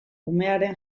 umearen